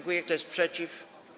Kto jest przeciw?